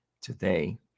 Today